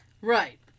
Right